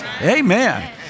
Amen